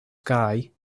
sky